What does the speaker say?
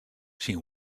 syn